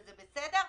וזה בסדר,